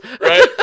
Right